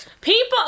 people